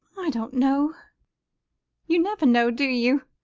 i don't know you never know, do you?